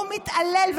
הוא מתעלל.